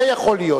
זה יכול להיות.